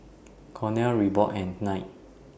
Cornell Reebok and Knight